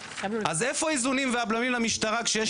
אז איפה האיזונים והבלמים למשטרה כשיש